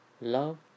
love